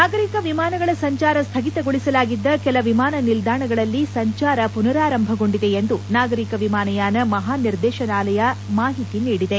ನಾಗರಿಕ ವಿಮಾನಗಳ ಸಂಚಾರ ಸ್ಥಗಿತಗೊಳಿಸಲಾಗಿದ್ದ ಕೆಲ ವಿಮಾನ ನಿಲ್ಲಾಣಗಳಲ್ಲಿ ಸಂಚಾರ ಪುನಾರಂಭಗೊಂಡಿದೆ ಎಂದು ನಾಗರಿಕ ವಿಮಾನಯಾನ ಮಹಾನಿರ್ದೇಶನಾಲಯ ಮಾಹಿತಿ ನೀಡಿದೆ